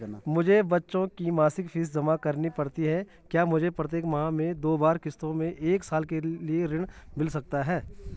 मुझे बच्चों की मासिक फीस जमा करनी पड़ती है क्या मुझे प्रत्येक माह में दो बार किश्तों में एक साल के लिए ऋण मिल सकता है?